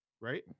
right